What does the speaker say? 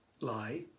lie